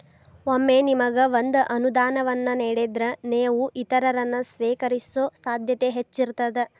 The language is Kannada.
ಒಮ್ಮೆ ನಿಮಗ ಒಂದ ಅನುದಾನವನ್ನ ನೇಡಿದ್ರ, ನೇವು ಇತರರನ್ನ, ಸ್ವೇಕರಿಸೊ ಸಾಧ್ಯತೆ ಹೆಚ್ಚಿರ್ತದ